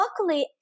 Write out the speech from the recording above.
luckily